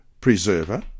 Preserver